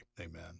amen